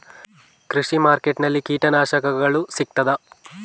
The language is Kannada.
ಕೃಷಿಮಾರ್ಕೆಟ್ ನಲ್ಲಿ ಕೀಟನಾಶಕಗಳು ಸಿಗ್ತದಾ?